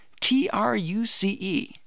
T-R-U-C-E